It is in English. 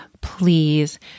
please